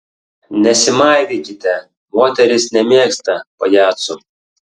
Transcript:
nesimaivykite moterys nemėgsta pajacų